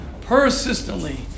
persistently